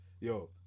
yo